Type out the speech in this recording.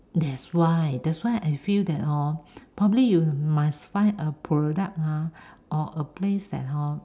that's why that's why I feel that hor probably you must find a product ah or a place that hor